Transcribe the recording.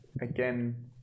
Again